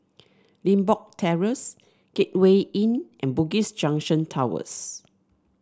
Limbok Terrace Gateway Inn and Bugis Junction Towers